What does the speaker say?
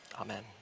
Amen